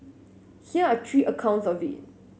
here are three accounts of it